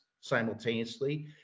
simultaneously